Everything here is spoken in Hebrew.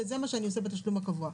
וזה מה שהוא עושה בתשלום הקבוע.